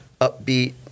upbeat